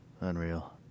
unreal